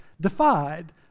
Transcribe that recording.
defied